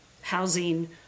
housing